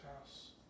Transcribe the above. house